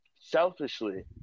Selfishly